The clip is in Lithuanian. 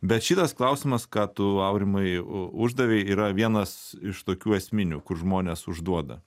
bet šitas klausimas ką tu aurimai uždavei yra vienas iš tokių esminių kur žmonės užduoda